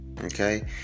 okay